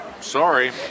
sorry